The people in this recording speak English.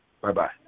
Bye-bye